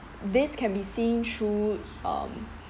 this can be seen through um